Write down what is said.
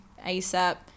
ASAP